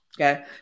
okay